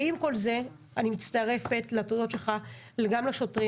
ועם כל זה אני מצטרפת לתודות שלך גם לשוטרים